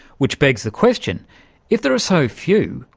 which begs the question if there are so few,